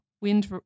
Wind